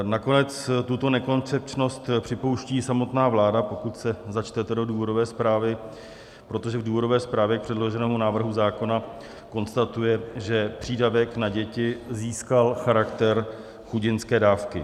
Nakonec tuto nekoncepčnost připouští i samotná vláda, pokud se začtete do důvodové zprávy, protože v důvodové zprávě k předloženému návrhu zákona konstatuje, že přídavek na děti získal charakter chudinské dávky.